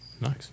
nice